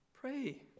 Pray